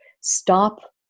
stop